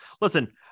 Listen